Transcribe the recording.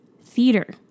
theater